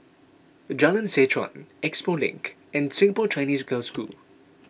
Jalan Seh Chuan Expo Link and Singapore Chinese Girls' School